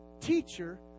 teacher